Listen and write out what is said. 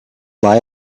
lie